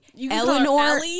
Eleanor